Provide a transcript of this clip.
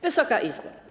Wysoka Izbo!